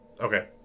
okay